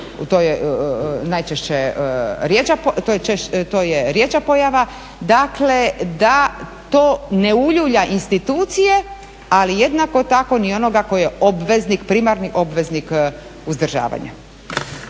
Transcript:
majke a to je rjeđa pojava. Dakle, da to ne uljulja institucije ali jednako tako ni onoga koji je obveznik, primarni obveznik uzdržavanja.